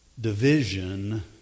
division